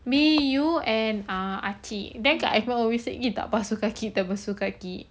me you and ah acik then kak always said eh tak basuh kaki tak basuh kaki